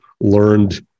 learned